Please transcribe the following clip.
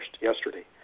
yesterday